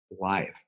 life